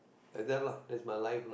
like that lah that's my life lah